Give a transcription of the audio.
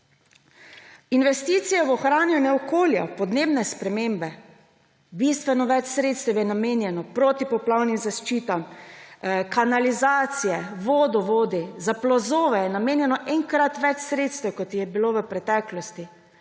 investicije v ohranjanje okolja, podnebne spremembe. Bistveno več sredstev je namenjeno protipoplavnim zaščitam, kanalizaciji, vodovodom, za plazove je namenjeno enkrat več sredstev, kot jih je bilo v preteklosti,